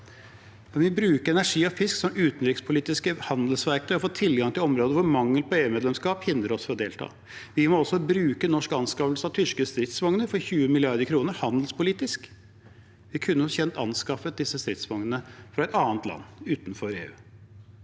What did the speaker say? må bruke energi og fisk som utenrikspolitiske handelsverktøy for å få tilgang til områder hvor mangel på EU-medlemskap hindrer oss fra å delta. Vi må også bruke norsk anskaffelse av tyske stridsvogner for 20 mrd. kr handelspolitisk. Vi kunne som kjent anskaffet disse stridsvognene fra et annet land utenfor EU.